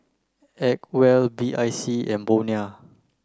Acwell B I C and Bonia